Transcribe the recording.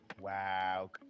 wow